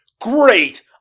Great